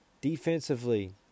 Defensively